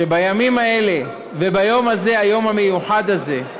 שבימים האלה, וביום הזה, היום המיוחד הזה,